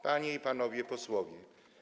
Panie i Panowie Posłowie!